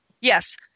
Yes